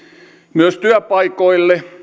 myös työpaikoille